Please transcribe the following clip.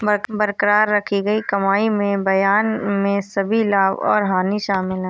बरकरार रखी गई कमाई में बयान में सभी लाभ और हानि शामिल हैं